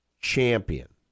champion